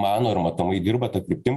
mano ir matomai dirba ta kryptim